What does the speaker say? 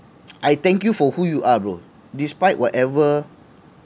I thank you for who you are bro despite whatever